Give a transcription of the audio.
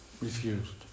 refused